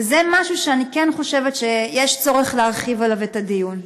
וזה משהו שאני כן חושבת שיש צורך להרחיב עליו את הדיון.